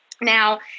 Now